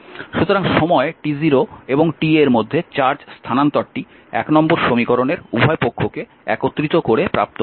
সুতরাং সময় t0 এবং t এর মধ্যে চার্জ স্থানান্তরটি 1 নং সমীকরণের উভয় পক্ষকে একত্রিত করে প্রাপ্ত হয়